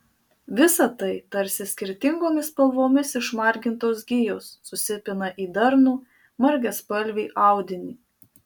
visa tai tarsi skirtingomis spalvomis išmargintos gijos susipina į darnų margaspalvį audinį